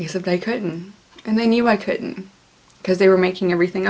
he said they couldn't and they knew i couldn't because they were making everything